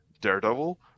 Daredevil